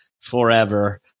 forever